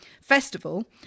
festival